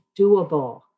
doable